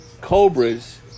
Cobras